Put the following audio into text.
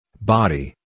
Body